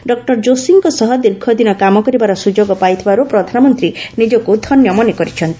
doctor ଜୋଶୀଙ୍କ ସହ ଦୀର୍ଘଦିନ କାମ କରିବାର ସୁଯୋଗ ପାଇଥିବାରୁ ପ୍ରଧାନମନ୍ତ୍ରୀ ନିଜକ୍ ଧନ୍ୟ ମନେକରିଛନ୍ତି